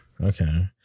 Okay